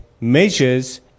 measures